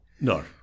no